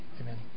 Amen